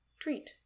treat